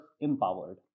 empowered